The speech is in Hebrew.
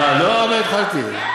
עוד לא התחלתי.